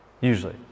usually